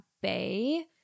Bay